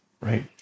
right